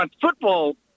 football